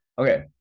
Okay